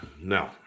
No